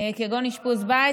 גברתי השרה, אנחנו בעד.